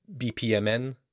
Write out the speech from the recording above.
BPMN